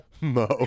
Mo